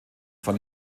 vor